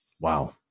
Wow